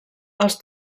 els